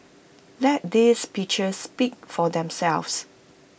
let these pictures speak for themselves